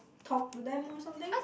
talk to them or something